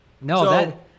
No